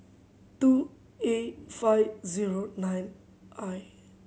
two A five zero nine I